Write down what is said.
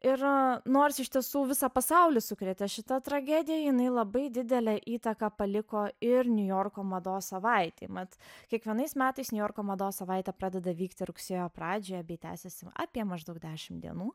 ir nors iš tiesų visą pasaulį sukrėtė šita tragedija jinai labai didelę įtaką paliko ir niujorko mados savaitei mat kiekvienais metais niujorko mados savaitė pradeda vykti rugsėjo pradžioj bei tęsiasi apie maždaug dešim dienų